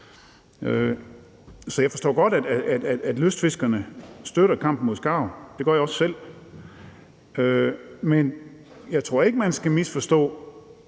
Så jeg forstår godt, at lystfiskerne støtter kampen mod skarven – det gør jeg også selv – men jeg tror ikke, man skal tage